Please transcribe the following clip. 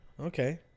Okay